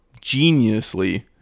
geniusly